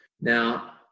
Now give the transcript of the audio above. now